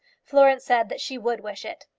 florence said that she would wish it.